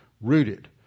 rooted